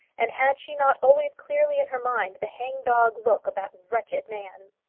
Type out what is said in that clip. and had she not always clearly in her mind the hang-dog look of that wretched man?